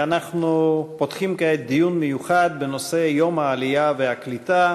אנחנו פותחים כעת דיון מיוחד בנושא יום העלייה והקליטה,